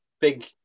big